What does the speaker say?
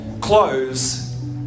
Close